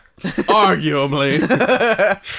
Arguably